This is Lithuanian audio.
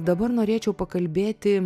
dabar norėčiau pakalbėti